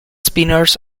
spinners